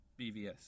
BVS